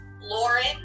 Lauren